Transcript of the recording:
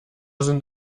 sind